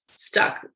stuck